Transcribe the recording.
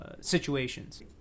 situations